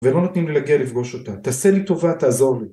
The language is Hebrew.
ולא נותנים לגל לפגוש אותה. תעשה לי טובה, תעזור לי.